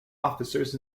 officers